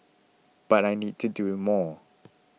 but I need to do more